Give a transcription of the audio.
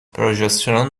پروژسترون